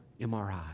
MRI